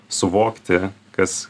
suvokti kas